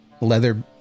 Leather